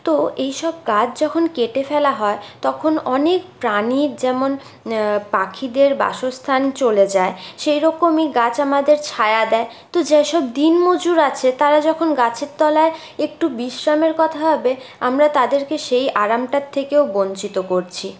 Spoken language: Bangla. তো এই সব গাছ যখন কেটে ফেলা হয় তখন অনেক প্রাণীর যেমন পাখিদের বাসস্থান চলে যায় সেই রকমই গাছ আমাদের ছায়া দেয় তো যে সব দিনমজুর আছে তারা যখন গাছের তলায় একটু বিশ্রামের কথা ভাবে আমরা তাদেরকে সেই আরামটার থেকেও বঞ্চিত করছি